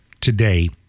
today